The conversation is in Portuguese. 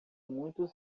muitos